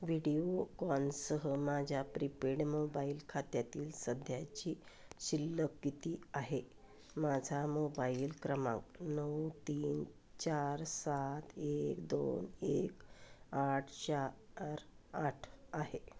व्हिडिओकॉनसह माझ्या prepaid mobile खात्यातील सध्याची शिल्लक किती आहे माझा मोबाईल क्रमांक नऊ तीन चार सात एक दोन एक आठ चार आठ आहे